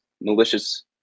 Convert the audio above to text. malicious